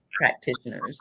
practitioners